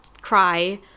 cry